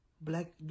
Black